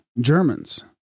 Germans